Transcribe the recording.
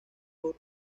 por